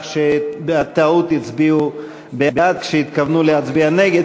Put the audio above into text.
שבטעות הצביעו בעד כשהתכוונו להצביע נגד,